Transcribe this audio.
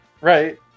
Right